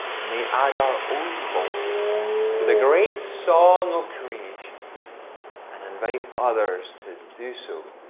may add our own voices to the great song of creation and invite others to do so